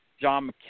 John